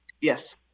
Yes